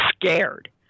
scared